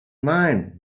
mine